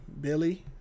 Billy